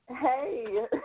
Hey